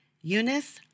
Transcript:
Eunice